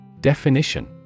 Definition